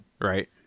Right